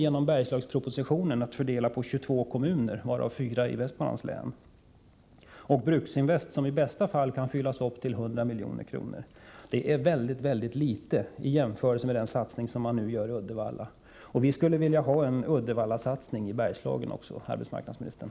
Genom Bergslagspropositionen har vi fått 25 miljoner att fördela på 22 kommuner, varav 4 i Västmanlands län, och Bruksinvest, som i bästa fall kan fyllas upp till 100 miljoner. Det är mycket litet i jämförelse med den satsning som nu görs i Uddevalla. Vi skulle vilja ha en Uddevallasatsning också i Bergslagen, arbetsmarknadsministern.